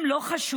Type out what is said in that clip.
הם לא חשובים.